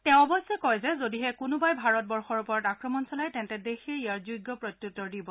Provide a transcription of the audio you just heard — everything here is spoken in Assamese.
তেওঁ অৱশ্যে কয় যে যদিহে কোনোবাই ভাৰতবৰ্যৰ ওপৰত আক্ৰমণ চলায় তেন্তে দেশে ইয়াৰ যোগ্য প্ৰত্যাত্তৰ দিব